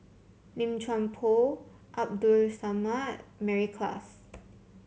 Lim Chuan Poh Abdul Samad Mary Klass